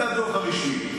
זה הדוח הרשמי.